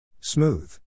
Smooth